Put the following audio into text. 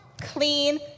clean